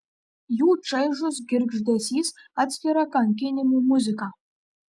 jų čaižus girgždesys atskira kankinimų muzika